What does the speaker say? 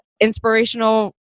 inspirational